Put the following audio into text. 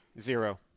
Zero